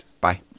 Bye